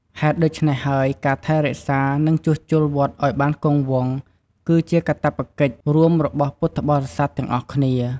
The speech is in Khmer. ហេតុដូច្នេះហើយ ការថែរក្សា និងជួសជុលវត្តឱ្យបានគង់វង្ស គឺជាកាតព្វកិច្ចរួមរបស់ពុទ្ធបរិស័ទទាំងអស់គ្នា។